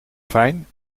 fijn